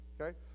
okay